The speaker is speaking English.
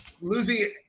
losing